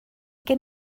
gen